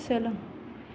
सोलों